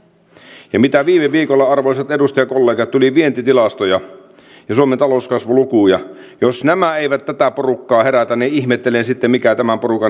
jos ne mitä viime viikolla arvoisat edustajakollegat tuli vientitilastoja ja suomen talouskasvulukuja eivät tätä porukkaa herätä niin ihmettelen sitten mikä tämän porukan herättää